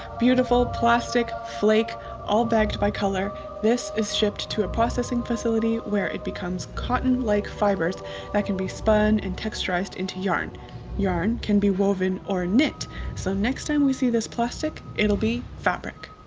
beautiful plastic flake all bagged by color this is shipped to a processing facility where it becomes cotton like fibers that can be spun and texturized into yarn yarn can be woven or knit so next time we see this plastic, it'll be fabric